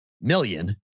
million